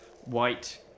white